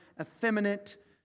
effeminate